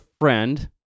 friend